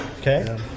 Okay